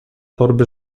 torby